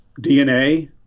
DNA